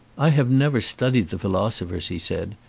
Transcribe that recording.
i have never studied the philosophers, he said,